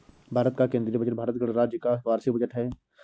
भारत का केंद्रीय बजट भारत गणराज्य का वार्षिक बजट है